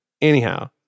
anyhow